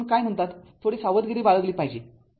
तर म्हणून काय म्हणतात थोडी सावधगिरी बाळगली पाहिजे